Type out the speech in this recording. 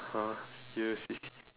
!huh! do you see